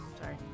sorry